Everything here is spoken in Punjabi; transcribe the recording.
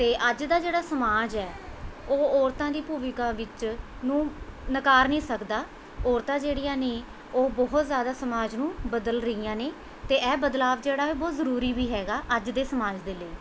ਅਤੇ ਅੱਜ ਦਾ ਜਿਹੜਾ ਸਮਾਜ ਹੈ ਉਹ ਔਰਤਾਂ ਦੀ ਭੂਮਿਕਾ ਵਿੱਚ ਨੂੰ ਨਕਾਰ ਨਹੀਂ ਸਕਦਾ ਔਰਤਾਂ ਜਿਹੜੀਆਂ ਨੇ ਉਹ ਬਹੁਤ ਜ਼ਿਆਦਾ ਸਮਾਜ ਨੂੰ ਬਦਲ ਰਹੀਆਂ ਨੇ ਅਤੇ ਇਹ ਬਦਲਾਵ ਜਿਹੜਾ ਏ ਬਹੁਤ ਜ਼ਰੂਰੀ ਵੀ ਹੈਗਾ ਅੱਜ ਦੇ ਸਮਾਜ ਦੇ ਲਈ